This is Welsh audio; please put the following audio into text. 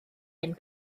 ein